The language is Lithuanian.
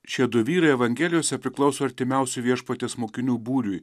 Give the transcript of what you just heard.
šie du vyrai evangelijose priklauso artimiausių viešpaties mokinių būriui